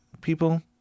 people